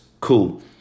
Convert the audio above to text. Cool